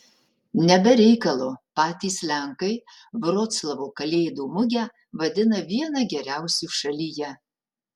ne be reikalo patys lenkai vroclavo kalėdų mugę vadina viena geriausių šalyje